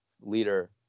leader